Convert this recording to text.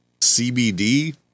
CBD